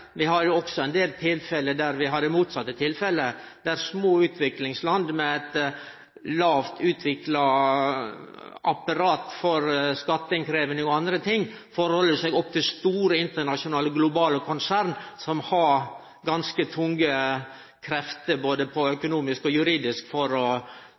Vi har ein del tilfelle kor det motsette er tilfellet – kor små utviklingsland med eit dårleg utvikla apparat for skatteinnkrevjing og andre ting må halde seg til store, internasjonale og globale konsern som har ganske sterke krefter – både